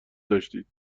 داشتید